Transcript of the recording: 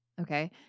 Okay